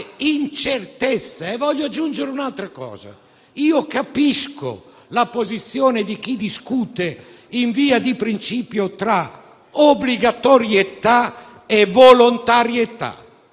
Voglio aggiungere un'altra cosa: capisco la posizione di chi discute, in via di principio, tra obbligatorietà e volontarietà.